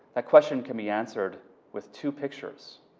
that question can be answered with two pictures.